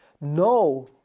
no